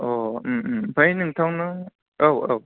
अ ओमफ्राय नोंथांनाव औ औ